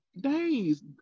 days